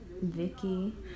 Vicky